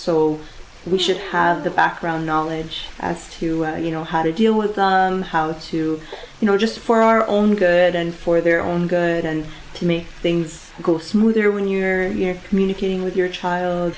so we should have the background knowledge as to you know how to deal with how to you know just for our own good and for their own good and to make things go smoother when you're communicating with your